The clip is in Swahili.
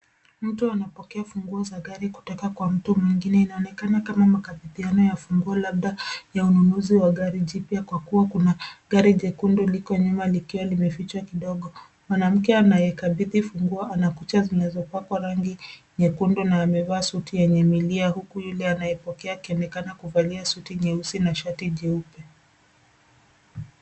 Mtu anapokea funguo za gari kutoka kwa mtu mwengine. Inaonekana kama makabidhiano ya funguo labda ya ununuzi wa gari jipya, kwa kuwa kuna gari jekundu liko nyuma likiwa limefichwa kidogo. Mwanamke anayekabidhi funguo ana kucha zilizopakwa rangi nyekundu na amevaa suti yenye milia, huku anayepokea akionekana kuvalia suti nyeusi na shati jeupe.